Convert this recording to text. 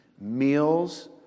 meals